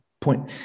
point